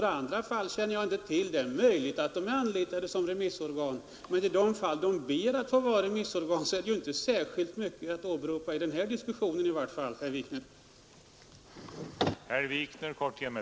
Andra fall känner jag inte till. Det är möjligt att förbundet varit anlitat såsom remissorgan, men de fall, då förbundet bett att få vara remissorgan, kan i varje fall inte åberopas i denna diskussion, herr Wikner.